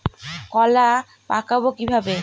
কলা পাকাবো কিভাবে?